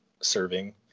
serving